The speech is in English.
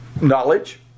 knowledge